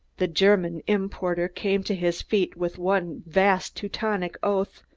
the german importer came to his feet with one vast teutonic oath,